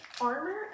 armor